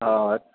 ہاں